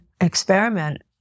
experiment